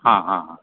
हां हां हां